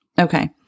Okay